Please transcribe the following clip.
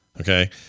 Okay